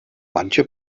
manche